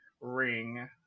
ring